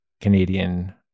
Canadian